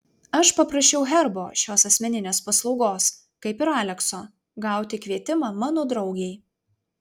aš paprašiau herbo šios asmeninės paslaugos kaip ir alekso gauti kvietimą mano draugei